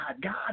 God